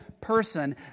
person